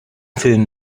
film